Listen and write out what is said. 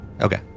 Okay